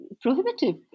prohibitive